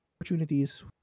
opportunities